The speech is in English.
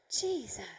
Jesus